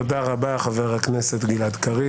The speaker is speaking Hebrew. תודה רבה, חבר הכנסת גלעד קריב.